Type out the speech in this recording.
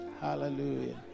Hallelujah